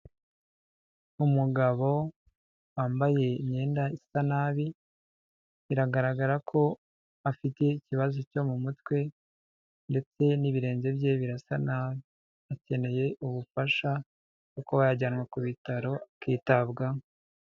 Umugabo wambaye imyenda isa nabi, biragaragara ko afite ikibazo cyo mu mutwe ndetse n'ibirenge bye birasa nabi, akeneye ubufasha bwo kuba yajyanwa ku bitaro akitabwaho.